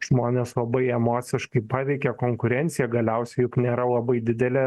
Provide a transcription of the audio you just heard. žmones labai emociškai paveikė konkurencija galiausiai juk nėra labai didelė